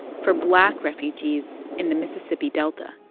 for black refugees in the mississippi delta